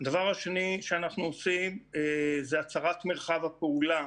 הדבר השני שאנחנו עושים זה הצרת מרחב הפעולה